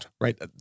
right